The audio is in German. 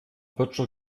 böttcher